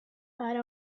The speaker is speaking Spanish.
para